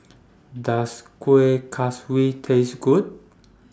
Does Kueh Kaswi Taste Good